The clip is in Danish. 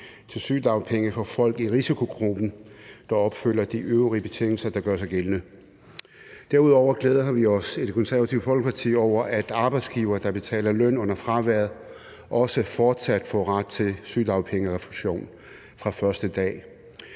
til sygedagpenge for folk i risikogruppen, der opfylder de øvrige betingelser, der gør sig gældende. Derudover glæder vi os i Det Konservative Folkeparti over, at arbejdsgivere, der betaler løn under fraværet, også fortsat får ret til sygedagpengerefusion fra første dag,